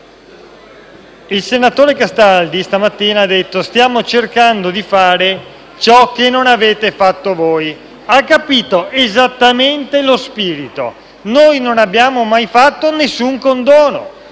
Il senatore Castaldi questa mattina ha detto che stanno cercando di fare ciò che non abbiamo fatto noi. Ha capito esattamente lo spirito. Noi non abbiamo mai fatto alcun condono,